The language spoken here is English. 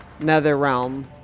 NetherRealm